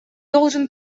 должен